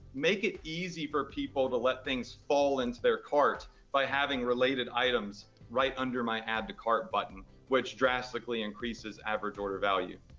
make it easy for people to let things fall into their cart by having related items right under my add to cart button, which drastically increases average order value.